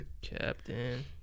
Captain